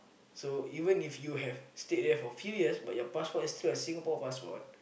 so even if you have stayed there for few years but your passport is still a Singapore passport